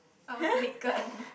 I was naked